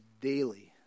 daily